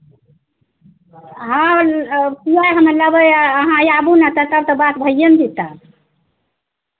अहाँ सिलाइ हमे लेबै अहाँ आबू ने एतय तऽ बात भैए ने जेतै